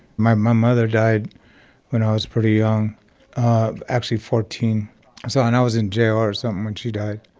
my my mother died when i was pretty young actually fourteen or so, and i was in jail or something when she died.